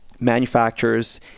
manufacturers